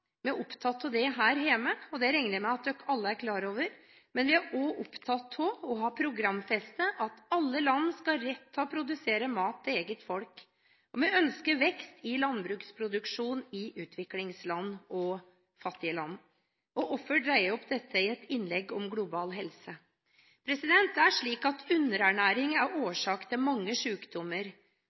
Vi er opptatt av det her hjemme, og det regner vi med at dere alle er klar over. Men vi er også opptatt av og har programfestet at alle land skal ha rett til å produsere mat til eget folk. Vi ønsker vekst i landbruksproduksjonen i utviklingsland og fattige land. Hvorfor drar jeg opp dette i et innlegg om global helse? Det er slik at underernæring er årsak til mange